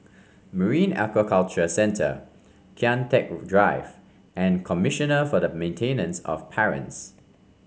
Marine Aquaculture Centre Kian Teck Drive and Commissioner for the Maintenance of Parents